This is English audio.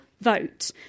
vote